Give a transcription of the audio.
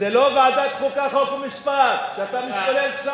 אני מזכיר לו שהייתם,